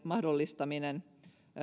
mahdollistaminen